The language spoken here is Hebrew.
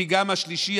כי גם השלישי,